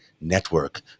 network